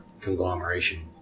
conglomeration